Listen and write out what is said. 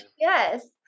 Yes